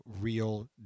real